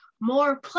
more